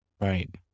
Right